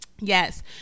Yes